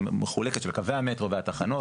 שזה קווי המטרו והתחנות,